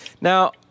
Now